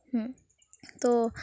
ᱦᱮᱸ ᱛᱳ